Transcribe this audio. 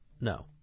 No